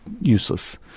useless